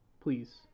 Please